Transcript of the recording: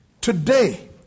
today